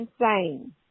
insane